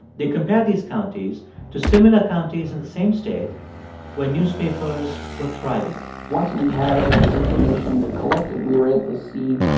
they compared these counties to similar counties in the same state where newspapers were thriving once we had this information collected, we were able to see,